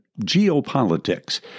geopolitics